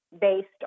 based